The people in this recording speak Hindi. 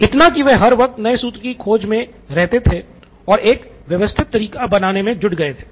इतना कि वह हर वक़्त नए सूत्र की खोज मे रहते थे और एक व्यवस्थित तरीका बनाने मे जुट गए थे